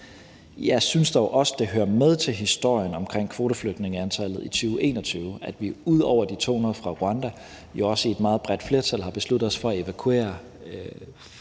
Jeg synes dog også, det hører med til historien omkring kvoteflygtningeantallet i 2021, at vi jo ud over de 200 fra Rwanda også i et meget bredt flertal har besluttet os for at evakuere